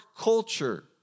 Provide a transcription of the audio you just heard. culture